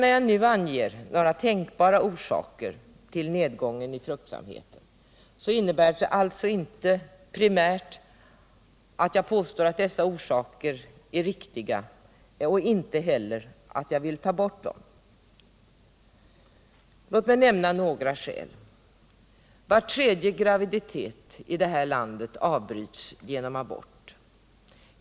När jag nu kommer att ange några tänkbara orsaker till nedgången i fruktsamheten, så innebär det inte primärt att jag påstår att de är de verkliga orsakerna, och det innebär inte heller att jag vill ta bort dem. Men låt mig här nämna några faktorer: Var tredje graviditet här i landet avbryts genom abort.